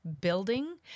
building